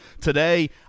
today